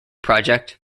project